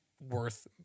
worth